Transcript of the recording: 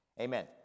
Amen